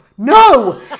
No